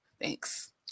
thanks